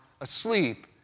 asleep